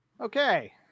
okay